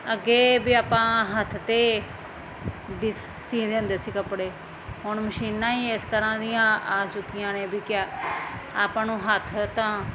ਅੱਗੇ ਵੀ ਆਪਾਂ ਹੱਥ 'ਤੇ ਵੀ ਸੀਂ ਲੈਂਦੇ ਸੀ ਕੱਪੜੇ ਹੁਣ ਮਸ਼ੀਨਾਂ ਹੀ ਇਸ ਤਰ੍ਹਾਂ ਦੀਆਂ ਆ ਚੁੱਕੀਆਂ ਨੇ ਵੀ ਕਯਾ ਆਪਾਂ ਨੂੰ ਹੱਥ ਤਾਂ